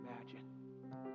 imagine